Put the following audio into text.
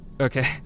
Okay